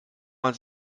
man